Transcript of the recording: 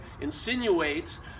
insinuates